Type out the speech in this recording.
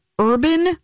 urban